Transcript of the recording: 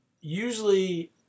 usually